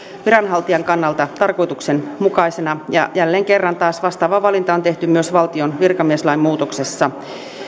viranhaltijan kannalta tarkoituksenmukaisena ja jälleen kerran taas vastaava valinta on tehty myös valtion virkamieslain muutoksessa